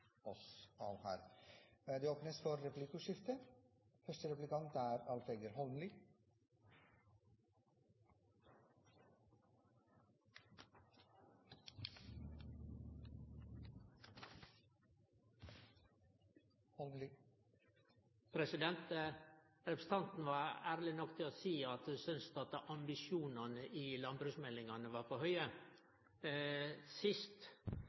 oss av her. Det åpnes for replikkordskifte. Representanten var ærleg nok til å seie at ho syntest at ambisjonane i landbruksmeldinga var for høge. Sist